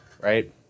right